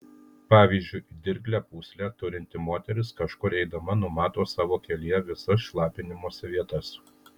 pavyzdžiui dirglią pūslę turinti moteris kažkur eidama numato savo kelyje visas šlapinimosi vietas